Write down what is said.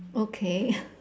okay